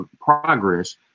progress